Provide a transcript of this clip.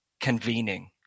convening